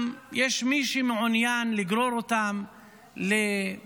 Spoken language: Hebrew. גם יש מי שמעוניין לגרור אותם להתנגשות,